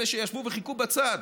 אלה שישבו וחיכו בצד,